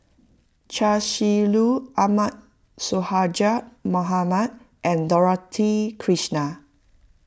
Chia Shi Lu Ahmad Sonhadji Mohamad and Dorothy Krishnan